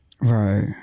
Right